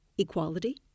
Equality